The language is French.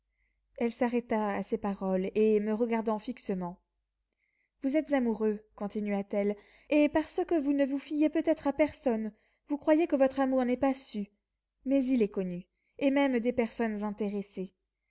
elle s'arrêta à ces paroles et me regardant fixement vous êtes amoureux continua-t-elle et parce que vous ne vous fiez peut-être à personne vous croyez que votre amour n'est pas su mais il est connu et même des personnes intéressées